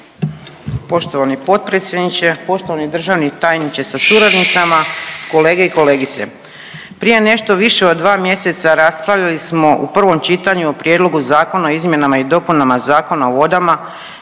Poštovani potpredsjedniče, poštovani državni tajniče sa suradnicama, kolegice i kolege kolegice. Prije nešto više od 2 mjeseca raspravljali smo u prvom čitanju o Prijedlogu zakona o izmjenama i dopunama Zakona o vodama